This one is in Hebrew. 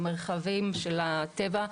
במרחבים של הטבע.